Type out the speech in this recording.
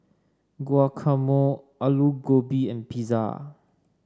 Guacamole Alu Gobi and Pizza